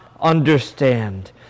understand